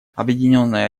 объединенная